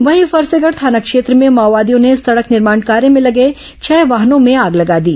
वहीं फरसेगढ़ थाना क्षेत्र में माओवादियों ने सड़क निर्माण कार्य में लगे छह वाहनों में आग लगा दी